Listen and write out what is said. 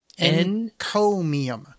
encomium